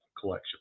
collection